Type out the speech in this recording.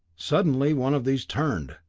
suddenly one of these turned,